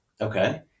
Okay